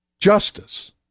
justice